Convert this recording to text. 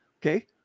Okay